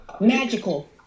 Magical